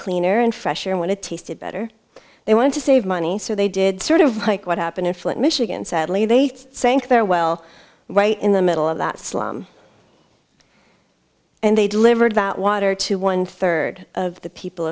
cleaner and fresh and when it tasted better they wanted to save money so they did sort of like what happened in flint michigan sadly they sank their well right in the middle of that slum and they delivered that water to one third of the people